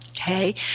Okay